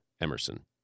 Emerson